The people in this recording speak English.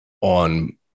on